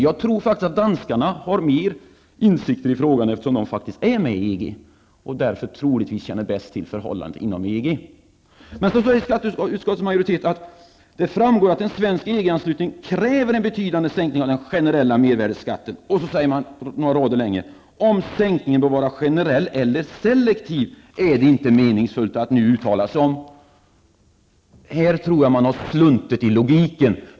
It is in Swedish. Jag tror att danskarna har större insikter i frågan eftersom de faktiskt är med i EG och troligtvis bäst känner till förhållandena inom EG. Skatteutskottets majoritet säger vidare att det framgår att ''en svensk EG-anslutning bl.a. kräver en betydande sänkning av den generella mervärdeskatten''. Skatteutskottet skriver vidare att ''det nu inte är meningsfullt att uttala sig om sänkningarna bör vara generella eller selektiva''. Jag tror att det har sluntit i logiken.